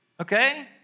Okay